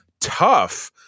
tough